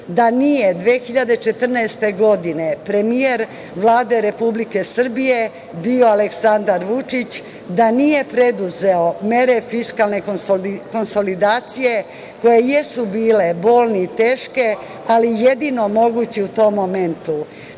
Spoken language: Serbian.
da nije 2014. godine premijer Vlade Republike Srbije bio Aleksandar Vučić, da nije preduzeo mere fiskalne konsolidacije koje jesu bile bolne i teške, ali jedine moguće u tom momentu.